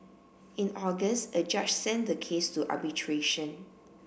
in August a judge sent the case to arbitration